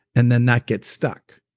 and then that gets stuck.